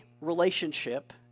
relationship